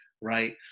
right